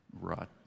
rot